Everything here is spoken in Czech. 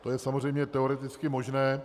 To je samozřejmě teoreticky možné.